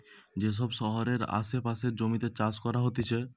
যে সব শহরের আসে পাশের জমিতে চাষ করা হতিছে